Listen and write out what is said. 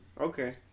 Okay